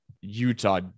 Utah